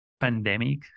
pandemic